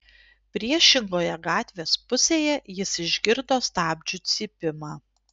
priešingoje gatvės pusėje jis išgirdo stabdžių cypimą